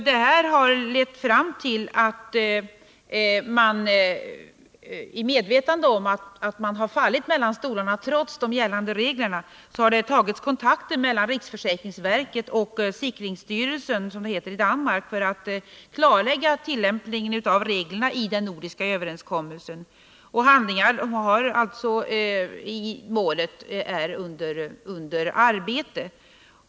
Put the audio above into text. Detta har lett fram till att man, i medvetande om att människor har fallit mellan stolarna trots de gällande reglerna, har tagit kontakter mellan riksförsäkringsverket och sikringsstyrelsen, som det heter i Danmark, för att klarlägga tillämpningen av reglerna i den nordiska överenskommelsen, och handlingar i målet är alltså under arbete.